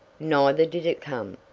neither did it come.